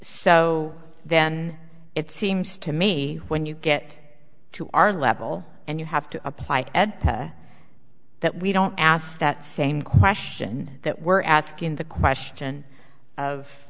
so then it seems to me when you get to our level and you have to apply that we don't ask that same question that we're asking the question of